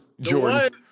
Jordan